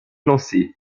lancer